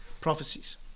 prophecies